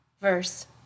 verse